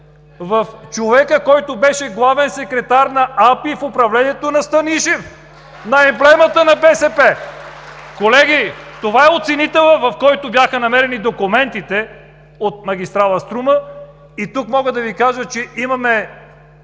В човека, който беше главен секретар на АПИ в управлението на Станишев, на емблемата на БСП! (Ръкопляскания от ГЕРБ.) Колеги, това е оценителят, в който бяха намерени документите от магистрала „Струма“. И тук мога да Ви кажа, че ще